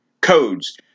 codes